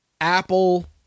Apple